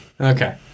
Okay